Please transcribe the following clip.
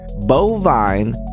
Bovine